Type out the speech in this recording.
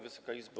Wysoka Izbo!